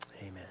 amen